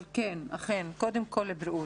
אבל אכן, קודם כל בריאות.